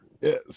yes